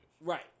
Right